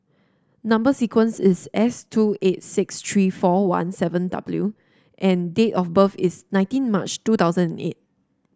number sequence is S two eight six three four one seven W and date of birth is nineteen March two thousand and eight